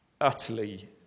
utterly